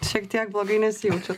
šiek tiek blogai nesijaučiat